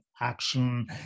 action